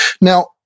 Now